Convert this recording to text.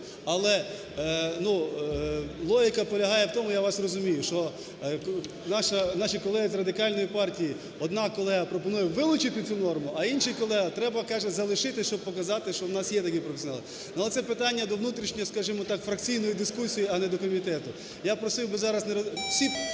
Але логіка полягає в тому, я вас розумію, що наші колеги з Радикальної партії, одна колега пропонує вилучити цю норму, а інший колега, треба, каже, залишити, щоб показати, що в нас є такі професіонали. Ну, а це питання до внутрішньої, скажімо так, фракційної дискусії, а не до комітету.